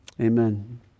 Amen